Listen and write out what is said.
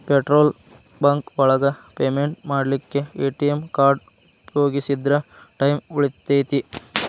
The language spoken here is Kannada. ಪೆಟ್ರೋಲ್ ಬಂಕ್ ಒಳಗ ಪೇಮೆಂಟ್ ಮಾಡ್ಲಿಕ್ಕೆ ಎ.ಟಿ.ಎಮ್ ಕಾರ್ಡ್ ಉಪಯೋಗಿಸಿದ್ರ ಟೈಮ್ ಉಳಿತೆತಿ